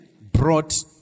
brought